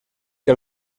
que